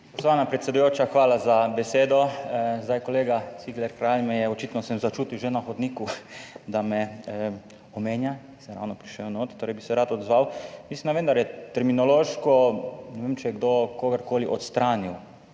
Spoštovana predsedujoča, hvala za besedo. Zdaj, kolega Cigler Kralj me je, očitno sem začutil že na hodniku, da me omenja, sem ravno prišel noter, torej bi se rad odzval. Mislim, da vendar je terminološko, ne vem če je kdo kogarkoli odstranil.